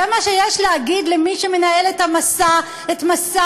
זה מה שיש להגיד למי שמנהל את מסע הרדיפה